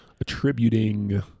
attributing